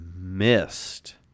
missed